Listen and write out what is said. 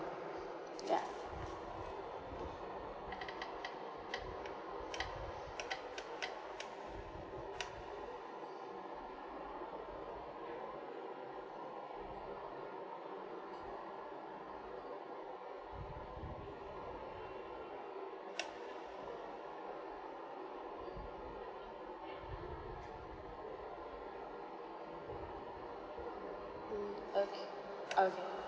yeah mm oka~ okay